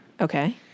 Okay